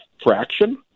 fraction